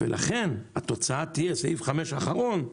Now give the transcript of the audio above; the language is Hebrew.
לכן התוצאה תהיה הסעיף החמישי והאחרון,